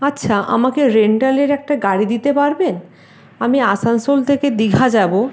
আচ্ছা আমাকে রেন্টালের একটা গাড়ি দিতে পারবেন আমি আসানসোল থেকে দীঘা যাবো